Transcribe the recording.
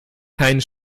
keinen